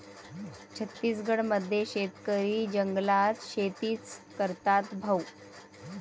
छत्तीसगड मध्ये शेतकरी जंगलात शेतीच करतात भाऊ